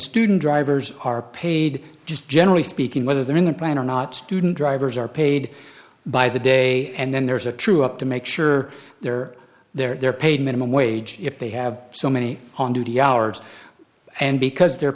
student drivers are paid just generally speaking whether they're in the plan or not student drivers are paid by the day and then there's a true up to make sure they're they're paid minimum wage if they have so many on duty hours and because they're